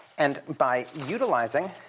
and by utilizing